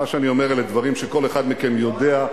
אבל מה שאני אומר אלה דברים שכל אחד מכם יודע,